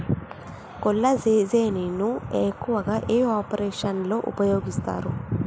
కొల్లాజెజేని ను ఎక్కువగా ఏ ఆపరేషన్లలో ఉపయోగిస్తారు?